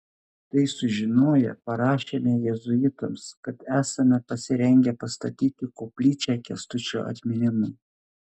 tai sužinoję parašėme jėzuitams kad esame pasirengę pastatyti koplyčią kęstučio atminimui